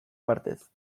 partez